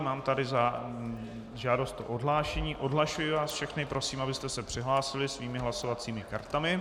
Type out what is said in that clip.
Mám tady žádost o odhlášení, odhlašuji vás všechny a prosím, abyste se přihlásili svými hlasovacími kartami.